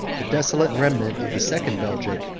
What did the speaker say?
the desolate remnant of the second belgic,